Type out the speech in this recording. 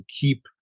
keep